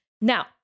Now